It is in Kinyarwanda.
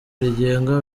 rigenga